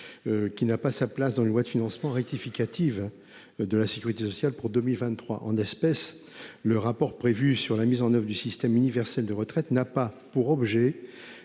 qui n'a pas sa place dans un projet de loi de financement rectificative de la sécurité sociale pour 2023. En l'espèce, le rapport prévu sur la mise en oeuvre du système universel de retraite n'a pas pour objet-